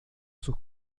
sus